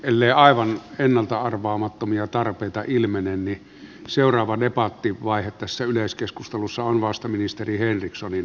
ellei aivan ennalta arvaamattomia tarpeita ilmene niin seuraava debattivaihe tässä yleiskeskustelussa on vasta ministeri henrikssonin